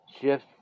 shift